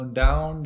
down